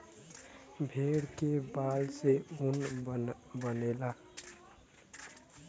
भेड़ के बाल से ऊन बनेला